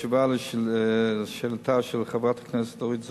תשובה לשאלתה של חברת הכנסת אורית זוארץ: